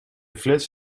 flits